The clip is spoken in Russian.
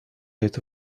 эту